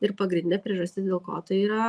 ir pagrindinė priežastis dėl ko tai yra